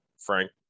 Frank